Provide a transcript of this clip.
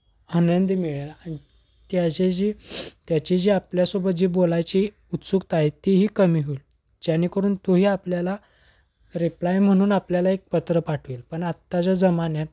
आनंद मिळेल त्याचा जी त्याची जी आपल्यासोबत जी बोलायची उत्सुकता आहे ती ही कमी होईल जेणेकरून तोही आपल्याला रिप्लाय म्हणून आपल्याला एक पत्र पाठवील पण आत्ताच्या जमान्यात